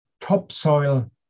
topsoil